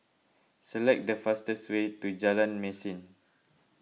select the fastest way to Jalan Mesin